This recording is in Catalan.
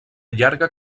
llarga